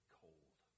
cold